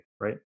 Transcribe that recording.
right